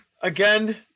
again